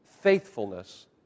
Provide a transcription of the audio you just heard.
faithfulness